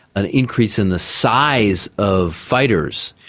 an increase in the size of fighters.